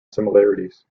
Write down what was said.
similarities